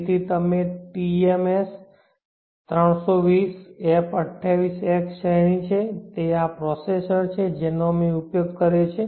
તેથી આ TMS320f28x શ્રેણી છે આ તે પ્રોસેસર છે જેનો અમે ઉપયોગ કર્યો છે